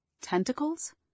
tentacles